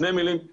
שתי מילים